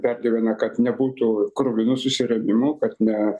pergyvena kad nebūtų kruvinų susirėmimų kad ne